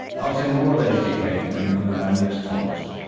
ah say more about education in one of my next talks.